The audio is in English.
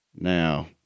now